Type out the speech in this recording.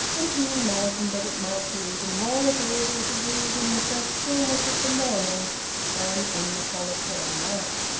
and he imagined that it might be even more agreeable to read in the fresh stillness of the morning than in the solitary night.